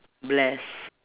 bless